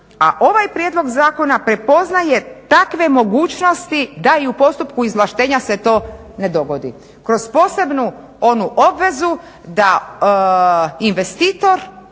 a ovaj prijedlog zakona prepoznaje takve mogućnosti da i u postupku izvlaštenja se to ne dogodi. Kroz posebnu onu obvezu da investitor